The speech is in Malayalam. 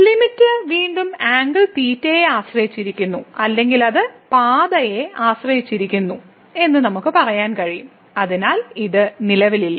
ലിമിറ്റ് വീണ്ടും ആംഗിൾ തീറ്റയെ ആശ്രയിച്ചിരിക്കുന്നു അല്ലെങ്കിൽ അത് പാതയെ ആശ്രയിച്ചിരിക്കുന്നു നമുക്ക് പറയാൻ കഴിയും അതിനാൽ ഇത് നിലവിലില്ല